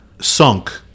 sunk